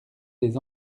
des